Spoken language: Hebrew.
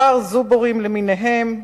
וכן כמה זובורים למיניהם,